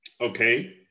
Okay